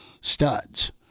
studs